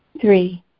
Three